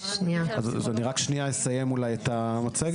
אני רק שנייה אולי אסיים את המצגת.